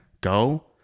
Go